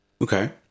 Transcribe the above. Okay